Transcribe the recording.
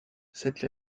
cette